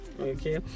Okay